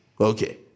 Okay